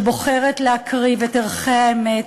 שבוחרת להקריב את ערכי האמת,